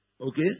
Okay